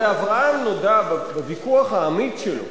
הרי אברהם נודע בוויכוח האמיץ שלו